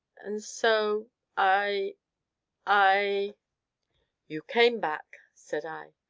and so i i you came back, said i.